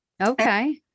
Okay